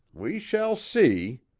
we shall see,